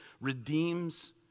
redeems